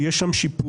יש שם שיפור,